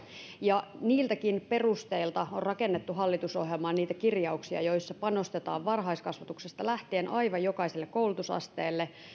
ja niiltäkin perusteilta on rakennettu hallitusohjelmaan niitä kirjauksia joissa panostetaan varhaiskasvatuksesta lähtien aivan jokaiseen koulutusasteeseen esimerkkinä